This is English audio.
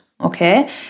Okay